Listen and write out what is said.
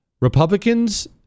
Republicans